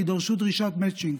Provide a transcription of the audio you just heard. כי דרשו דרישת מצ'ינג.